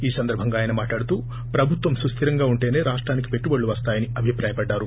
ఈ సందర్బంగా యన మాట్లాడుతూ ప్రభుత్వం సుస్టిరంగా ఉంటేనే రాష్టానికి పెట్టుబడులు వస్తాయని అభిప్రాయపడ్డారు